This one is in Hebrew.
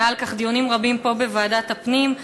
היו על כך דיונים רבים פה בוועדת הפנים,